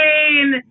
rain